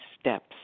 steps